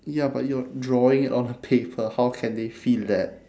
ya but you're drawing it on a paper how can they feel that